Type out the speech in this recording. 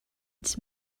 its